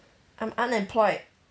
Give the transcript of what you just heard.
I'm unemployed